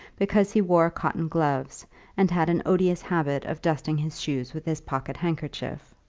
because he wore cotton gloves and had an odious habit of dusting his shoes with his pocket-handkerchief.